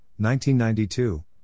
1992